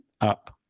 up